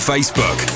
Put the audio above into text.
Facebook